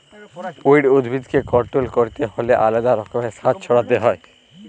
weed উদ্ভিদকে control ক্যরতে হ্যলে আলেদা রকমের সার ছড়াতে হ্যয়